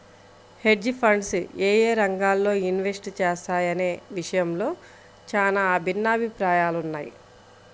hedge funds యేయే రంగాల్లో invest చేస్తాయనే విషయంలో చానా భిన్నాభిప్రాయాలున్నయ్